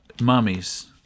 mummies